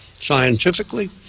scientifically